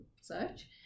search